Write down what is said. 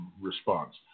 response